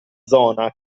zona